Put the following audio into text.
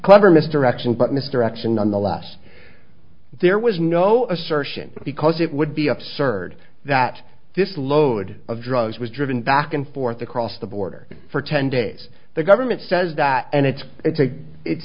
clever mr action but mr action nonetheless there was no assertion because it would be absurd that this load of drugs was driven back and forth across the border for ten days the government says that and it's it's a it's